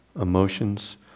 Emotions